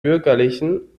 bürgerlichen